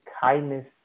kindness